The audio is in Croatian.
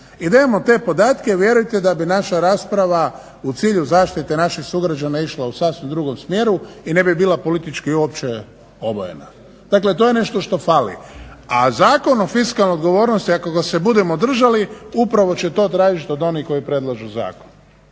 I da imamo te podatke vjerujte da bi naša rasprava u cilju zaštite naših sugrađana išla u sasvim drugom smjeru i ne bi bila politički uopće obojena. Dakle, to je nešto što fali. A Zakon o fiskalnoj odgovornosti ako ga se budemo držali upravo će to tražiti od onih koji predlažu zakon,